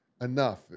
enough